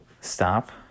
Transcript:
stop